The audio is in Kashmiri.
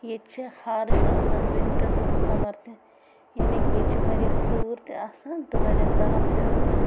ییٚتہِ چھِ ہارش اَصل وِنٹر تہِ تہٕ سَمَر تہِ یعنے کہِ ییٚتہِ چھُ واریاہ تۭر تہِ آسان تہٕ واریاہ تاپھ تہِ آسان